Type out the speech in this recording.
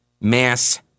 mass